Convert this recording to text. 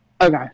Okay